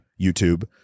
YouTube